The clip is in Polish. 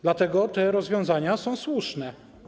Dlatego te rozwiązania są słuszne.